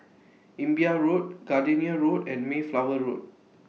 Imbiah Road Gardenia Road and Mayflower Road